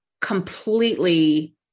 completely